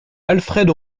alfred